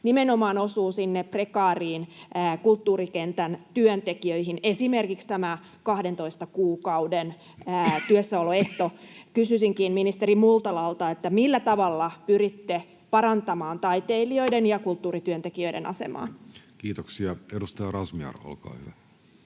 nimenomaan osuvat sinne prekaariin, kulttuurikentän työntekijöihin, esimerkiksi tämä 12 kuukauden työssäoloehto. Kysyisinkin ministeri Multalalta: millä tavalla pyritte parantamaan taiteilijoiden ja kulttuurityöntekijöiden asemaa? Kiitoksia. — Edustaja Razmyar, olkaa hyvä.